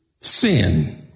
Sin